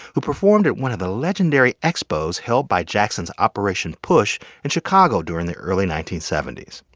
who performed at one of the legendary expos held by jackson's operation push in chicago during the early nineteen seventy s.